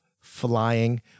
flying